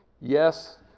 yes